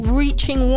reaching